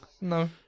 no